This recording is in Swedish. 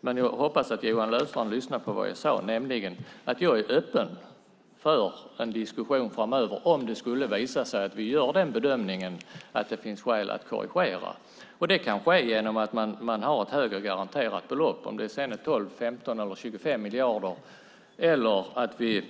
Men jag hoppas att Johan Löfstrand lyssnade på vad jag sade, nämligen att jag är öppen för en diskussion framöver om vi gör den bedömningen att det finns skäl att korrigera. Det kan ske genom att man inför ett högre garanterat belopp. Om det sedan är 12, 15 eller 25 miljarder eller om vi